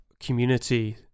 community